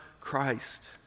Christ